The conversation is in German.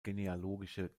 genealogische